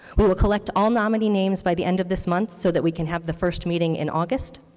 we will collect all nominee names by the end of this month so that we can have the first meeting in august.